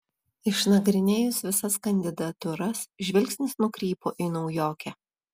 išnagrinėjus visas kandidatūras žvilgsnis nukrypo į naujokę